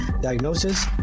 diagnosis